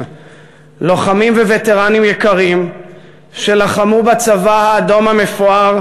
לוחמים וטרנים יקרים שלחמו בצבא האדום המפואר